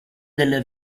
della